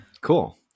Cool